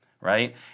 right